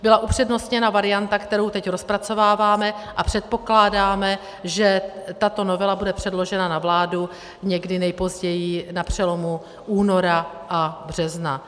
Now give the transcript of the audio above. Byla upřednostněna varianta, kterou teď rozpracováváme, a předpokládáme, že tato novela bude předložena na vládu nejpozději na přelomu února a března.